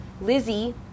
Lizzie